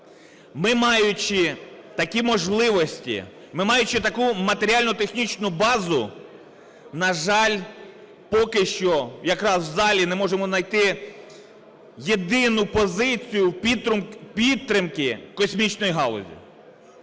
Ми, маючи такі можливості, ми, маючи таку матеріально-технічну базу, на жаль, поки що якраз в залі не можемо найти єдину позицію підтримки космічної галузі.